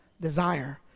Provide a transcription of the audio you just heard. desire